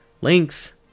Links